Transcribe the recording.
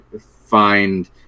find